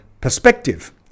perspective